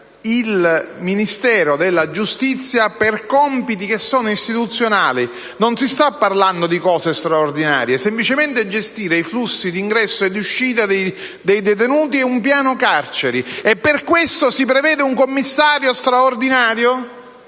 il Ministero della giustizia per compiti istituzionali. Non si sta parlando di interventi straordinari, ma semplicemente di gestire i flussi di ingresso e di uscita dei detenuti e di un piano carceri: e per questo si prevede un Commissario straordinario?